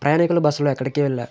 ప్రయాణికులు బస్సులో ఎక్కడికి వెళ్ళా